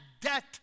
debt